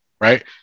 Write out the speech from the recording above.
right